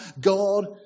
God